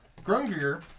Grungier